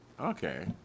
Okay